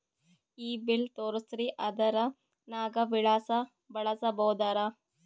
ಈ ಬಿಲ್ ತೋಸ್ರಿ ಆಧಾರ ನಾಗ ವಿಳಾಸ ಬರಸಬೋದರ?